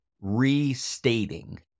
restating